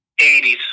80s